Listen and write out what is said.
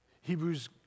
Hebrews